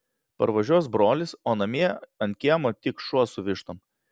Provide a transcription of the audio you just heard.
parvažiuos brolis o namie ant kiemo tik šuo su vištom